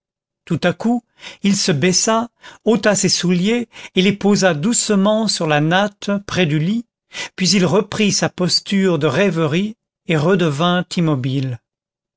tout à coup il se baissa ôta ses souliers et les posa doucement sur la natte près du lit puis il reprit sa posture de rêverie et redevint immobile